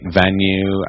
venue